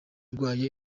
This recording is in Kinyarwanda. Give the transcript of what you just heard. arwaye